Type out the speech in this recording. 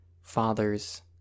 Fathers